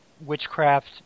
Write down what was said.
witchcraft